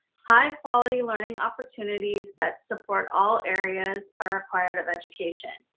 high quality learning opportunities that support all areas are required of education.